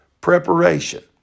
preparation